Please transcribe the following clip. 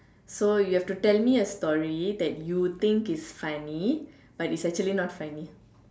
so you have to tell me a story that you think is funny but is actually not funny